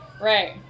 right